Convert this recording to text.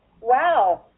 wow